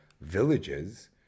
villages